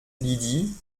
lydie